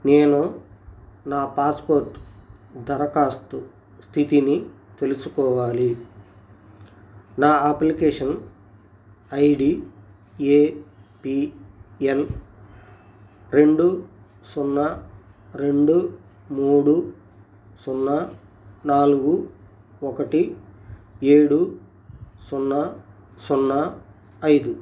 నేను నా పాస్పోర్ట్ దరఖాస్తు స్థితిని తెలుసుకోవాలి నా application I D A P L రెండు సున్నా రెండు మూడు సున్నా నాలుగు ఒకటి ఏడు సున్నా సున్నా ఐదు